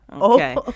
Okay